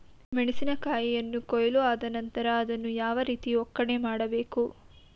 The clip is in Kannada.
ಮೆಣಸಿನ ಕಾಯಿಯನ್ನು ಕೊಯ್ಲು ಆದ ನಂತರ ಅದನ್ನು ಯಾವ ರೀತಿ ಒಕ್ಕಣೆ ಮಾಡಬೇಕು?